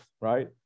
right